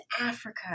Africa